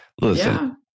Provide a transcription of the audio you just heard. listen